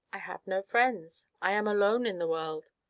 i have no friends i am alone in the world.